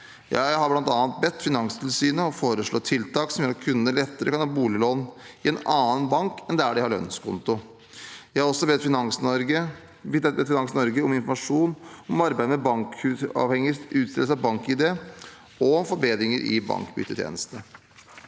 Jeg har bl.a. bedt Finanstilsynet foreslå tiltak som gjør at kundene lettere kan ha boliglån i en annen bank enn der de har lønnskonto. Jeg har også bedt Finans Norge om informasjon om arbeidet med bankuavhengig utstedelse av BankID og forbedringer i bankbyttetjenestene.